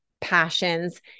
passions